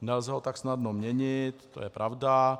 Nelze ho tak snadno měnit, to je pravda.